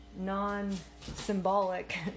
non-symbolic